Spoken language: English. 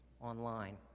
online